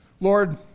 Lord